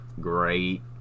great